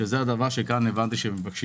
שזה הדבר היום מבקשים